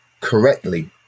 correctly